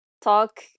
talk